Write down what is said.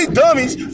dummies